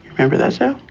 remember that show?